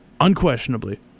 unquestionably